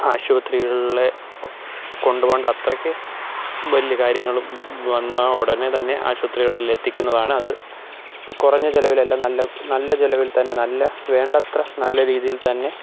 ആശുപത്രികളിൽ കൊ കൊണ്ടു പോകേണ്ട അത്രക്കു വലിയ കാര്യങ്ങൾ വ് വന്നാൽ ഉടനെ തന്നെ ആശുപത്രികളിലെത്തിക്കുന്നതാണ് അതു കുറഞ്ഞ ചിലവിലല്ല നല്ല നല്ല ചിലവില് തന്നെ നല്ല വേണ്ടത്ര നല്ല രീതിയില് തന്നെ